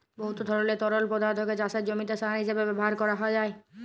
বহুত ধরলের তরল পদাথ্থকে চাষের জমিতে সার হিঁসাবে ব্যাভার ক্যরা যায়